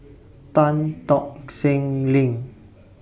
Tan Tock Seng LINK